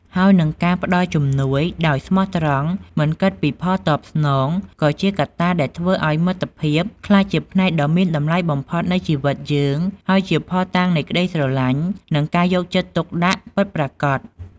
ហើយនិង ការផ្តល់ជំនួយដោយស្មោះត្រង់ មិនគិតពីផលតបស្នង ក៏ជាកត្តាដែលធ្វើឲ្យមិត្តភាពក្លាយជាផ្នែកដ៏មានតម្លៃបំផុតនៃជីវិតយើង ហើយជាភស្តុតាងនៃក្តីស្រឡាញ់ និងការយកចិត្តទុកដាក់ពិតប្រាកដ។